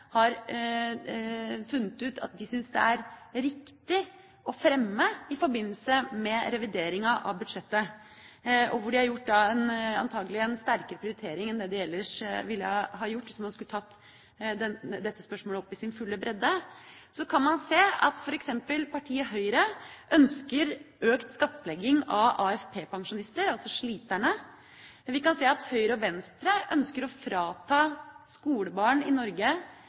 riktig å fremme i forbindelse med revideringa av budsjettet, og hvor de antakelig har gjort en sterkere prioritering enn de ellers ville ha gjort, hvis de skulle tatt dette spørsmålet opp i sin fulle bredde, kan man se at f.eks. partiet Høyre ønsker økt skattlegging av AFP-pensjonister – altså sliterne. Vi kan se at Høyre og Venstre ønsker å frata skolebarn i Norge